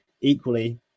equally